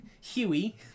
Huey